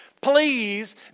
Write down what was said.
Please